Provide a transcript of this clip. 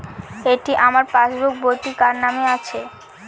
এটি আমার পাসবুক বইটি কার নামে আছে?